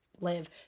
live